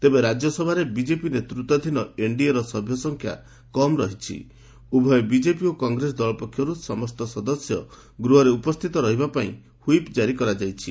ତେବେ ରାଜ୍ୟସଭାରେ ବିଜେପି ନେତୃତ୍ୱାଧୀନ ଏନ୍ଡିଏ ର ସଭ୍ୟସଂଖ୍ୟା କମ୍ ରହିଛି ତେବେ ଉଭୟ ବିଜେପି ଓ କଂଗ୍ରେସ ଦଳ ପକ୍ଷରୁ ସମସ୍ତ ସଦସ୍ୟ ଗୃହରେ ଉପସ୍ଥିତ ରହିବା ପାଇଁ ହୁଇପ୍ କାରି କରାଯାଇଛି